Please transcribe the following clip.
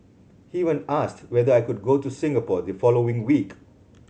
he even asked whether I could go to Singapore the following week